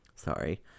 sorry